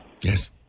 Yes